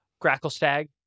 Gracklestag